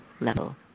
level